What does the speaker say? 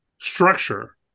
structure